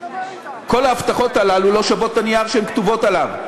כל ההבטחות האלה לא שוות את הנייר שהן כתובות עליו,